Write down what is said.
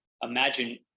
imagine